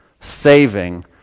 Saving